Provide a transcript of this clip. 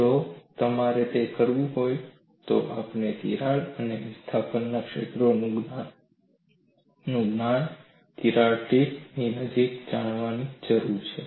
જો તમારે તે કરવું હોય તો આપણે તિરાડો અને વિસ્થાપન ક્ષેત્રોનું જ્ઞાન તિરાડ ટીપની નજીકમાં જાણવાની જરૂર છે